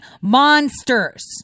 monsters